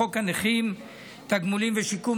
חוק הנכים (תגמולים ושיקום),